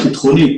הביטחונית